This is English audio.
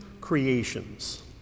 Creations